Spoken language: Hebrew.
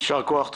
יישר כוח.